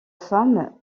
femme